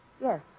Yes